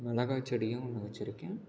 மிளகாய் செடியும் நான் வச்சுருக்கேன்